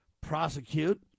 prosecute